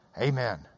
Amen